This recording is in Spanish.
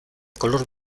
color